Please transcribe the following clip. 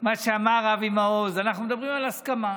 כמו שאמר אבי מעוז, אנחנו מדברים על הסכמה.